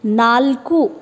ನಾಲ್ಕು